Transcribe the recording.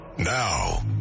Now